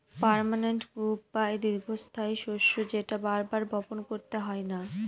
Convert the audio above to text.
permanent crop বা দীর্ঘস্থায়ী শস্য যেটা বার বার বপন করতে হয় না